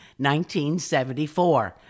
1974